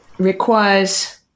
requires